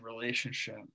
relationship